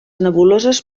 nebuloses